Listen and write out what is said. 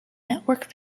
networked